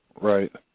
Right